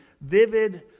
vivid